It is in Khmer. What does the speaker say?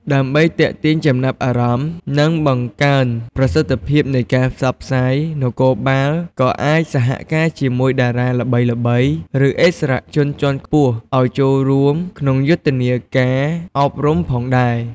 ដើម្បីទាក់ទាញចំណាប់អារម្មណ៍ និងបង្កើនប្រសិទ្ធភាពនៃការផ្សព្វផ្សាយ នគរបាលក៏អាចសហការជាមួយ តារាល្បីៗ ឬឥស្សរជនជាន់ខ្ពស់ ឱ្យចូលរួមក្នុងយុទ្ធនាការអប់រំផងដែរ។